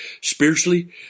Spiritually